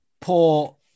poor